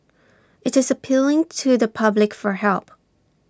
IT is appealing to the public for help